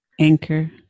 anchor